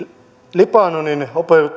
libanonin